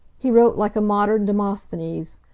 he wrote like a modern demosthenes,